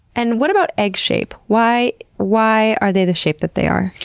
and what about egg shape? why why are they the shape that they are?